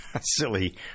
silly